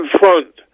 front